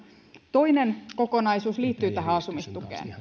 toinen kokonaisuus liittyy tähän asumistukeen